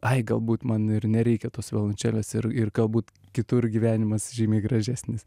ai galbūt man ir nereikia tos violončelės ir ir galbūt kitur gyvenimas žymiai gražesnis